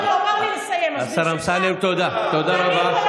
השר אמסלם תודה, תודה רבה.